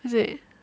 is it